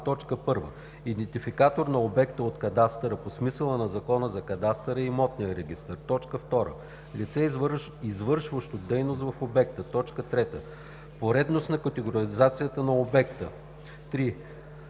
1. идентификатор на обекта от кадастъра по смисъла на Закона за кадастъра и имотния регистър; 2. лице, извършващо дейност в обекта; 3. поредност на категоризацията на обекта. (3)